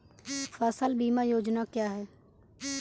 फसल बीमा योजना क्या है?